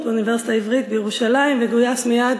באוניברסיטה העברית בירושלים וגויס מייד